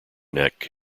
neck